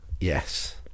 Yes